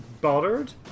bothered